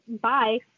Bye